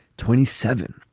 twenty seven,